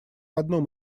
одном